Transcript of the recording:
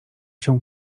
się